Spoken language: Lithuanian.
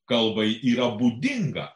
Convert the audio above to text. kalbai yra būdinga